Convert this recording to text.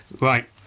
Right